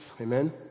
Amen